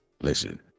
Listen